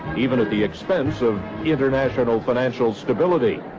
even at the expense of international financial stability.